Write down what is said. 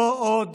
לא עוד